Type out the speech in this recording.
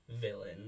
villain